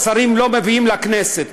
שהשרים לא מביאים לכנסת,